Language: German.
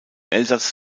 elsass